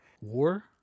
War